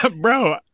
Bro